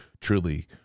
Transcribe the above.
truly